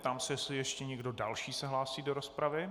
Ptám se, jestli ještě někdo další se hlásí do rozpravy.